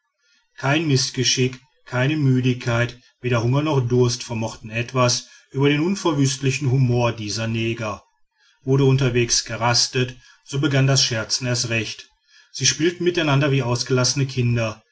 kein mißgeschick keine müdigkeit weder hunger noch durst vermochten etwas über den unverwüstlichen humor dieser neger wurde unterwegs gerastet so begann das scherzen erst recht sie spielten miteinander wie ausgelassene kinder